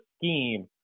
scheme